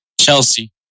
Chelsea